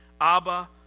Abba